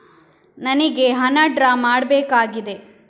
ನನಿಗೆ ಹಣ ಡ್ರಾ ಮಾಡ್ಬೇಕಾಗಿದೆ